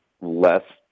less